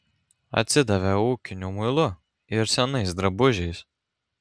atsidavė ūkiniu muilu ir senais drabužiais